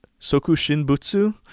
Sokushinbutsu